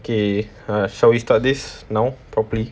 okay shall we start this now properly